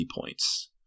points